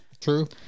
True